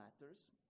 matters